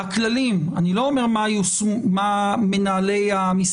הכללים אני לא אומר מה מנהלי המשרדים